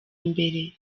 imbere